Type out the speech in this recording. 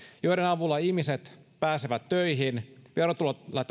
joiden avulla ihmiset pääsevät töihin verotulot